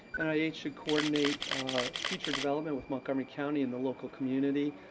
and yeah should coordinate future development with montgomery county and the local community,